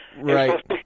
Right